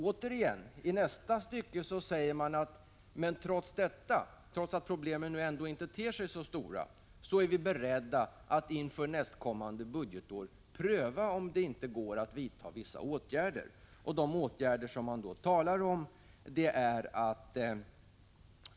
I nästa stycke säger man att man, trots att problemen inte ter sig så stora, ändå är beredd att inför nästkommande budgetår pröva om det inte går att vidta vissa åtgärder.